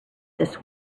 this